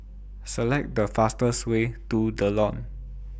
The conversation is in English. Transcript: Select The fastest Way to The Lawn